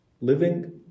living